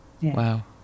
Wow